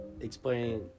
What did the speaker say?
explain